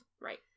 Right